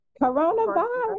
coronavirus